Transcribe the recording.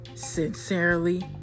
Sincerely